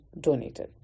Donated